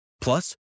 Plus